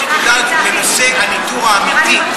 שתדאג לנושא הניטור האמיתי.